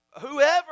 whoever